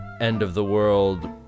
end-of-the-world